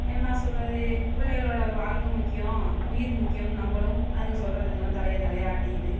என்னா சொல்றது பிள்ளைகளோட வாழ்க்கை முக்கியம் உயிர் முக்கியனு நம்மளும் அதுங்க சொல்கிறதுக்கெல்லாம் தலையை தலையை ஆட்டிக்கிட்டு